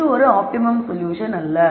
இது ஒரு optimum solution அல்ல